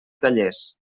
tallers